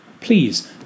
Please